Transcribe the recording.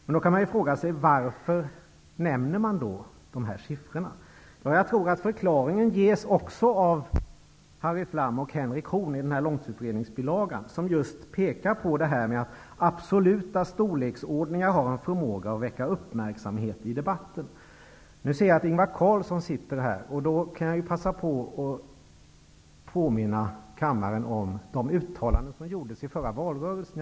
Men varför nämns då de här siffrorna? Jag tror att förklaringen finns i Harry Flams och Henrik Horns bilaga till nämnda långtidsutredning. De pekar just på det här med att absoluta storleksordningar har en förmåga att väcka uppmärksamhet i debatten. Jag ser att Ingvar Carlsson finns i kammaren. Jag passar därför på att påminna kammaren om de uttalanden som gjordes i den förra valrörelsen.